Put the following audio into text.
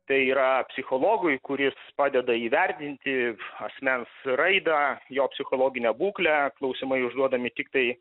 tai yra psichologui kuris padeda įvertinti asmens raidą jo psichologinę būklę klausimai užduodami tiktai